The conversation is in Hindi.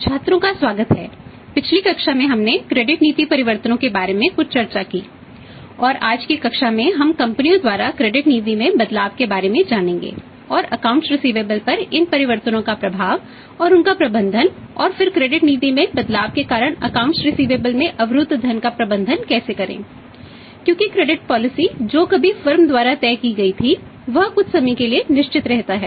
छात्रों का स्वागत है पिछली कक्षा में हमने क्रेडिट द्वारा तय की गई थी वह कुछ समय के लिए निश्चित रहता है